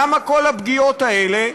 למה כל הפגיעות האלה?